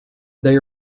they